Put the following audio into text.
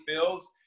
feels